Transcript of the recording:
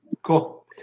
Cool